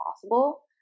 possible